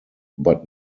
but